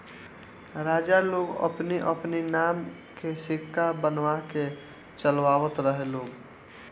राजा लोग अपनी अपनी नाम के सिक्का बनवा के चलवावत रहे लोग